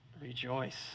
Rejoice